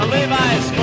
Levi's